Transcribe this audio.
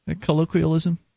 colloquialism